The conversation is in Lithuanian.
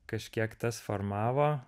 kažkiek tas formavo